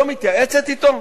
לא מתייעצת אתו?